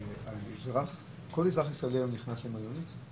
כל אזרח ישראלי שמגיע ממדינה אדומה נכנס היום למלונית?